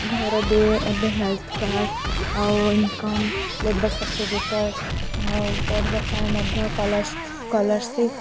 ଘର ଦିଏ ଏବେ ହେଲ୍ଥ କାର୍ଡ଼ ଆଉ ଇନ୍କମ୍ ଲେବର୍ ସାର୍ଟିଫିକେଟ ଆଉ ପଢ଼ିବା ପାଇଁ ମଧ୍ୟ ସ୍କଲାରସିପ୍